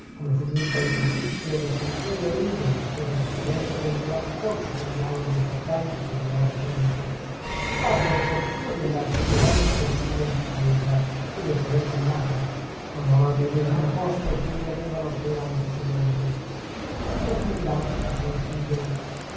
come fu giunto al crocicchio dei sentieri dove la sera antecedente gli era occorso quel dialogo importante che vi ho riferito gli parve opportuno di andarsi a posare su quel sedile di pietra che vi ho pure accennato ma non al medesimo posto ch'egli aveva la sera antecedente un pochettino più in là verso lo spigolo